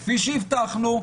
כפי שהבטחנו,